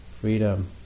freedom